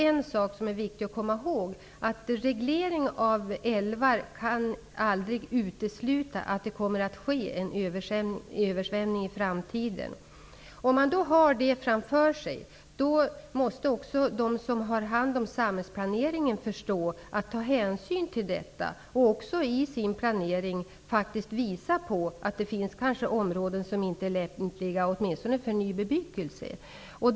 En sak är viktig att komma ihåg, nämligen att en reglering av älvarna aldrig kan utesluta att översvämningar kommer att ske i framtiden. Har man detta klart för sig, måste också de som har hand om samhällsplaneringen förstå att de måste ta hänsyn till detta och i sin planering visa på att det finns områden som inte är lämpliga, åtminstone inte för ny bebyggelse.